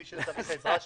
מי שצריך את העזרה שלנו,